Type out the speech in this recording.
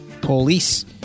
police